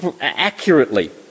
accurately